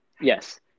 Yes